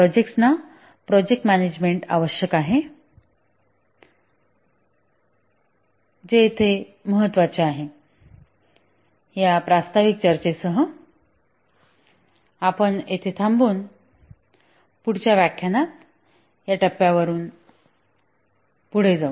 प्रोजेक्टना project management आवश्यक आहे जे येथे महत्त्वाचे आहे या प्रास्ताविक चर्चेसह आपण येथे थांबून पुढच्या व्याख्यानात या टप्प्यावरुन पुढे जाऊ